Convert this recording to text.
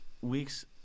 week's